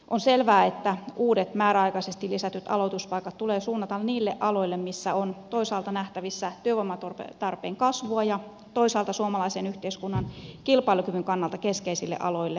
on selvää että uudet määräaikaisesti lisätyt aloituspaikat tulee suunnata toisaalta niille aloille missä on nähtävissä työvoimatarpeen kasvua ja toisaalta suomalaisen yhteiskunnan kilpailukyvyn kannalta keskeisille aloille